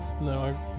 no